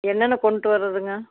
என்னென்ன கொண்டுட்டு வரதுங்க